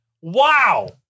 Wow